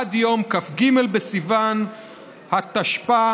עד יום כ"ג בסיוון התשפ"א,